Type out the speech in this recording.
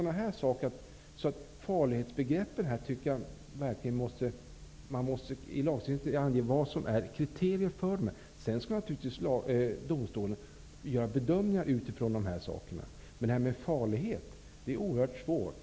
Jag tycker alltså att man i lagstiftningen måste ange kriterier för farlighetsbegreppet. Sedan skall naturligtvis domstolen göra bedömningar utifrån detta. Att bedöma farlighet är oerhört svårt.